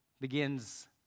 begins